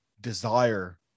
desire